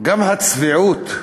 שגם הצביעות,